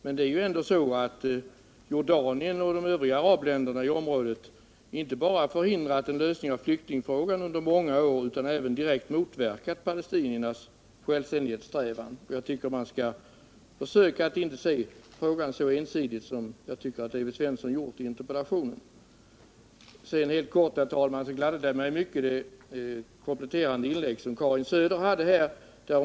Men det är ändå så, att Jordanien och de övriga arabländerna i området inte bara under många år hindrat en lösning av flyktingfrågan utan också direkt motverkat palestiniernas självständighetssträvan. Enligt min mening bör man försöka att inte se frågan så ensidigt som Evert Svensson har gjort i interpellationen. Helt kort vill jag säga att Karin Söders kompletterande inlägg gladde mig mycket.